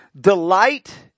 delight